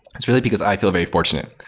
it's really because i feel very fortunate.